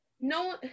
no